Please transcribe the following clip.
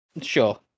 Sure